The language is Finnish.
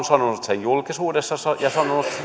sanonut sen julkisuudessa ja